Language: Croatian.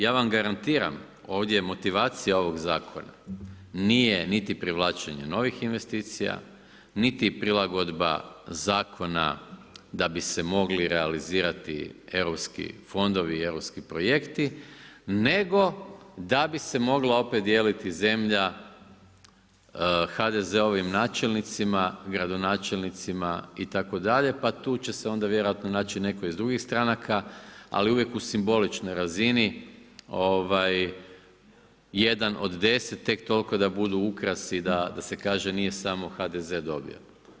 Ja vam garantiram ovdje je motivacija ovog zakona nije niti privlačenje novih investicija, niti prilagodba zakona da bi se mogli realizirati europski fondovi i europski projekti nego da bi se mogla opet dijeliti zemlja HDZ-ovim načelnicima, gradonačelnicima itd. pa će se tu vjerojatno naći neko iz drugih stranaka, ali uvijek u simboličnoj razini jedan od deset tek toliko da budu ukrasi da se kaže nije samo HDZ dobio.